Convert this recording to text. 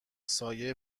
سایه